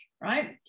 right